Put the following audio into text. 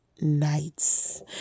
nights